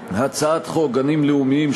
הצעת חוק גנים לאומיים,